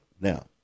now